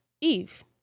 Eve